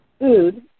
food